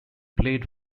played